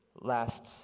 Last